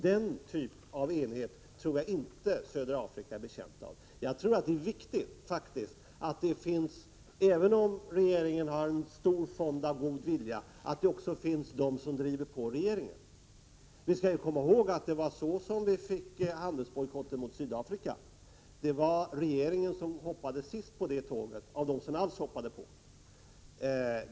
Den typen av enighet tror jag inte att södra Afrika är betjänt av. Jag tror faktiskt att det är viktigt, även om regeringen har en stor fond av god vilja, att det även finns sådana som driver på regeringen. Vi skall komma ihåg att det var så som vi fick handelsbojkotten mot Sydafrika. Av dem som alls hoppade på det tåget var regeringen sist.